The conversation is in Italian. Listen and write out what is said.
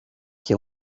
che